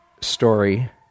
story